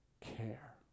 care